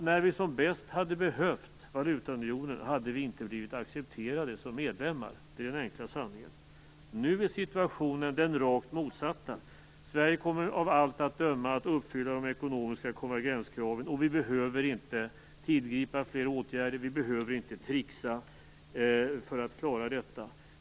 När vi som bäst hade behövt valutaunionen hade vi inte blivit accepterade som medlemmar. Det är den enkla sanningen. Nu är situationen den rakt motsatta. Sverige kommer av allt att döma att uppfylla de ekonomiska konvergenskraven, och vi behöver inte tillgripa fler åtgärder och behöver inte tricksa för att klara detta.